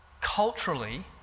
Culturally